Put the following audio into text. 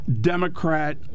Democrat